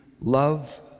love